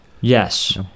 Yes